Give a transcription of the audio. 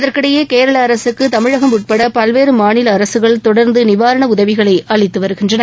இதற்கினடயே கேரள அரகக்கு தமிழகம் உட்பட பல்வேறு மாநில அரககள் தொடர்ந்து நிவாரண உதவிகளை அளித்து வருகின்றன